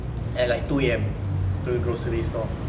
at like two A_M to the grocery store